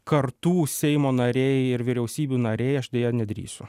kartų seimo nariai ir vyriausybių nariai aš deja nedrįsiu